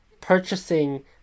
purchasing